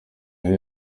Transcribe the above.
nayo